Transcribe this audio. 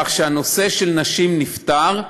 כך שהנושא של הנשים נפתר,